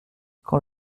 quand